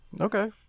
Okay